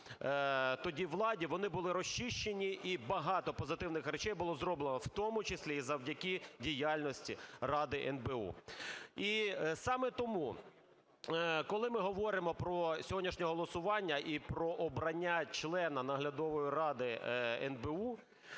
тоді владі, вони були розчищені і багато позитивних речей було зроблено, в тому числі і завдяки діяльності Ради НБУ. І саме тому, коли ми говоримо про сьогоднішнє голосування і про обрання члена Наглядової ради НБУ,